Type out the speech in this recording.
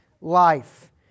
life